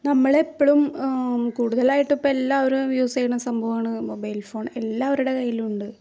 നമ്മളെപ്പളും കൂടുതലായിട്ടിപ്പം എല്ലാരും യൂസ് ചെയ്യുന്ന സംഭവമാണ് മൊബൈൽ ഫോൺ എല്ലാവരുടെ കയ്യിലുമുണ്ട്